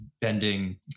bending